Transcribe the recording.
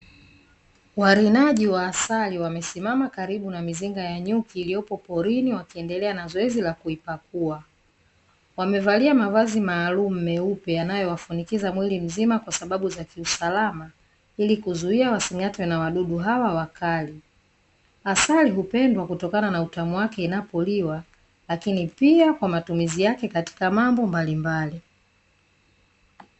Warinaji wa asali wamesimama karibu na mizinga ya nyuki iliyopo porini wakiendelea na zoezi la kuipakua. Wamevalia mavazi maalumu meupe yanayowafunikiza mwili mzima kwa sababu za kiusalama, ili kuzuia wasing'atwe na wadudu hawa wakali. Asali hupendwa kutokana na utamu wake inapoliwa, lakini pia kwa matumizi yake katika mambo mbalimbali.